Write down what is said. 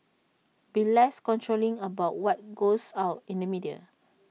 be less controlling about what goes out in the media